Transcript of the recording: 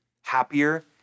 happier